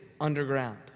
underground